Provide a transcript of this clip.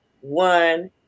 One